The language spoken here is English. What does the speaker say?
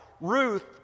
Ruth